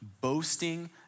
boasting